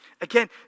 Again